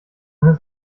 his